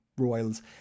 royals